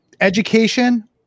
education